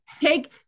Take